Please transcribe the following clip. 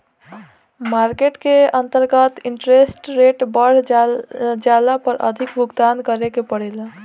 market के अंतर्गत interest rate बढ़ जाला पर अधिक भुगतान करे के पड़ेला